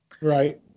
Right